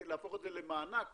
להפוך את זה למענק